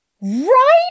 Right